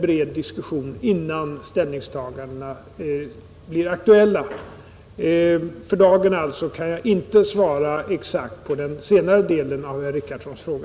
bred diskussion innan ställningstagandena blir aktuella. För dagen kan jag alltså inte svara exakt på den senare delen av herr Richardsons fråga.